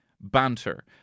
banter